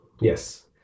Yes